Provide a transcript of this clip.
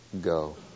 go